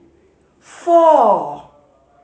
four